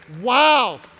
Wow